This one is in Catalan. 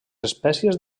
espècies